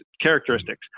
characteristics